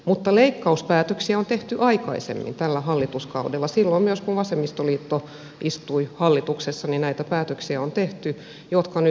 mutta leikkauspäätöksiä on tehty aikaisemmin tällä hallituskaudella myös silloin kun vasemmistoliitto istui hallituksessa on tehty näitä päätöksiä jotka nyt joudutaan panemaan täytäntöön